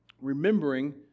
Remembering